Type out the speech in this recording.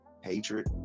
hatred